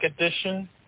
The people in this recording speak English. edition